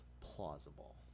plausible